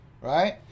right